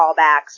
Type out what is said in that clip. callbacks